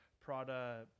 Prada